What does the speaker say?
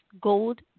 gold